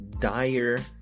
dire